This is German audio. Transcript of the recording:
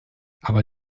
aber